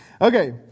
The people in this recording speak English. Okay